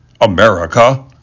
America